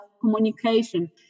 communication